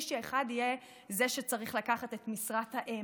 שאחד יהיה זה שצריך לקחת את משרת האם.